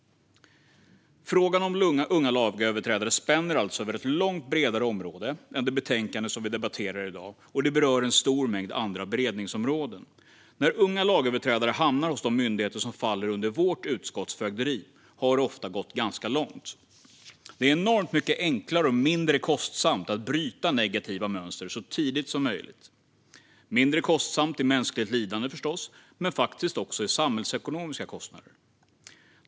Frågan om unga lagöverträdare spänner alltså över ett långt bredare område än det betänkande som vi debatterar i dag, och det berör en stor mängd andra beredningsområden. När unga lagöverträdare hamnar hos de myndigheter som faller under vårt utskotts fögderi har det ofta gått ganska långt. Det är enormt mycket enklare och mindre kostsamt att bryta negativa mönster så tidigt som möjligt. Det är mindre kostsamt i mänskligt lidande, förstås, men faktiskt också samhällsekonomiskt.